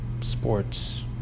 Sports